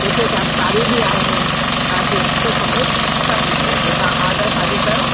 जेके तव्हां साड़ियूं बि आहिनि तव्हांखे जेको खपे सभु मिली वेंदो तव्हां आर्डर ख़ाली कयो